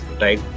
right